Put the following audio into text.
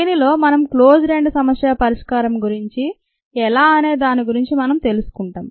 దీనిలో మనం closed end సమస్య పరిష్కారం గురించి ఎలా అనే దాని గురించి మనం తెలుసుకుంటాం